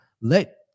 Let